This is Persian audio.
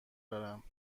دارم